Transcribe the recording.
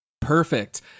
Perfect